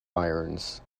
irons